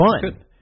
fun